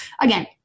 again